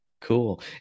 Cool